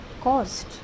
caused